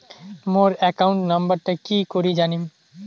মোর account নাম্বারটা কি করি জানিম?